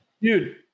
Dude